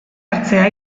hartzea